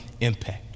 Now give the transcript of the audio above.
impact